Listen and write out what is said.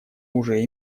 уже